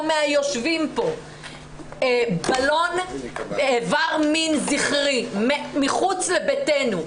מהיושבים כאן בלון איבר מין זכרי מחוץ לביתנו,